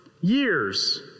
years